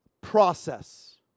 Process